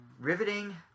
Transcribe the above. Riveting